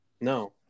No